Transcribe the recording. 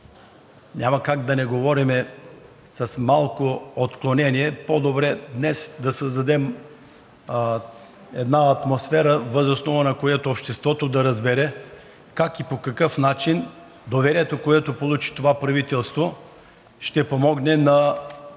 няма как да не говорим с малко отклонение. По-добре днес да създадем една атмосфера, въз основа на която обществото да разбере как и по какъв начин доверието, което получи това правителство, ще помогне,